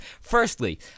firstly